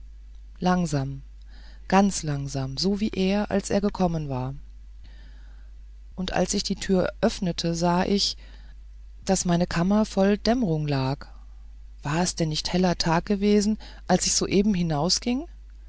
langsam ganz langsam so wie er als er gekommen war und als ich die tür öffnete da sah ich daß meine kammer voll dämmerung lag war es denn nicht heller tag noch gewesen als ich soeben